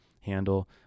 handle